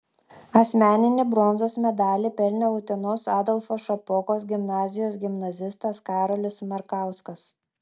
asmeninį bronzos medalį pelnė utenos adolfo šapokos gimnazijos gimnazistas karolis markauskas